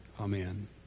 amen